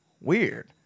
weird